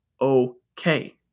okay